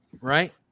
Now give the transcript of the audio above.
Right